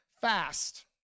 fast